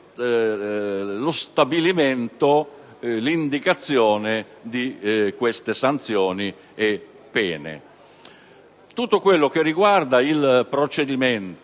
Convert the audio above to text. lo stabilimento e l'indicazione di queste sanzioni e pene. Tutto quello che riguarda il procedimento,